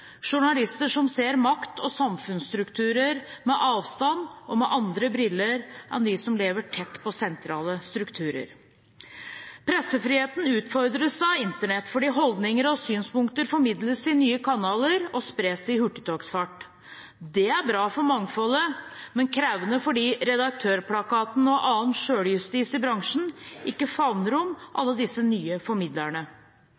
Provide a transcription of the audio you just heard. journalister som ser makt og samfunnsstrukturer på avstand og med andre briller enn dem som lever tett på sentrale strukturer. Pressefriheten utfordres av Internett fordi holdninger og synspunkter formidles i nye kanaler og spres i hurtigtogsfart. Det er bra for mangfoldet, men krevende, fordi redaktørplakaten og annen selvjustis i bransjen ikke favner om alle disse nye formidlerne.